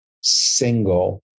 single